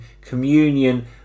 communion